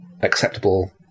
acceptable